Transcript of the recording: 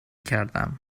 کردم